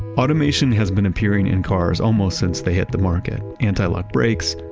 automation has been appearing in cars almost since they hit the market. antilock brakes,